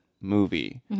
movie